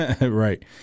right